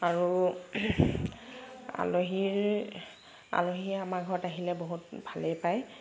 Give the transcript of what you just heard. আৰু আলহীৰ আলহীয়ে আমাৰ ঘৰত আহিলে বহুত ভালেই পায়